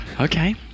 Okay